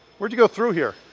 where'd you go through here?